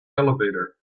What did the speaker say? elevator